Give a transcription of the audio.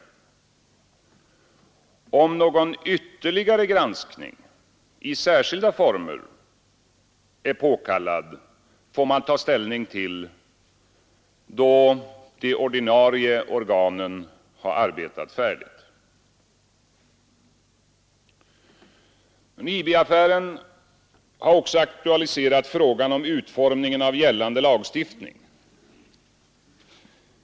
Frågan om någon ytterligare granskning i särskilda former är påkallad får man ta ställning till då de ordinarie organen arbetat färdigt. IB-affären har också aktualiserat frågor om utformningen av gällande lagstiftning.